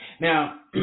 Now